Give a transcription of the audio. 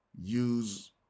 use